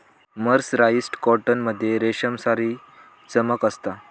mercerised cotton मध्ये रेशमसारी चमक असता